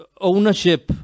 Ownership